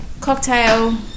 cocktail